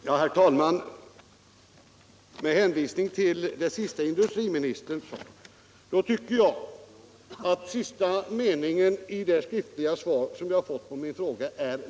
Herr talman! Jag tycker att det senaste som industriministern sade gör att den sista meningen i det lämnade svaret på min fråga framstår som minst sagt cynisk.